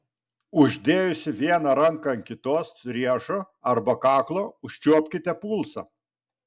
uždėjusi vieną ranką ant kitos riešo arba kaklo užčiuopkite pulsą